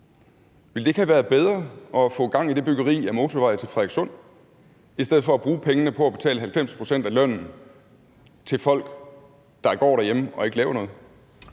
Ville det ikke have været bedre at få gang i det byggeri af motorvej til Frederikssund i stedet for at bruge pengene på at betale 90 pct. af lønnen til folk, der går derhjemme og ikke laver noget?